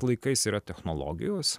laikais yra technologijos